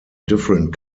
different